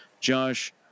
Josh